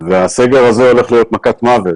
ולדעתנו הסגר הזה הולך להיות מכת מוות